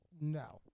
no